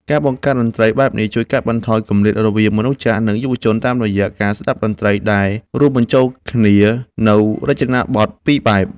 ការបង្កើតតន្ត្រីបែបនេះជួយកាត់បន្ថយគម្លាតរវាងមនុស្សចាស់ និងយុវជន តាមរយៈការស្ដាប់តន្ត្រីដែលរួមបញ្ចូលគ្នានូវរចនាបថពីរបែប។